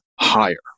higher